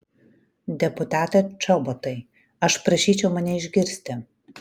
deputate čobotai aš prašyčiau mane išgirsti